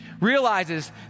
realizes